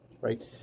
right